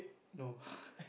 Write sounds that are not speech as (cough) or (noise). no (laughs)